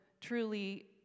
truly